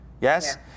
Yes